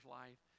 life